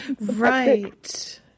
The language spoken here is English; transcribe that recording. Right